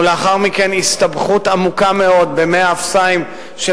ולאחר מכן הסתבכות עמוקה מאוד במי אפסיים של